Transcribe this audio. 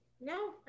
No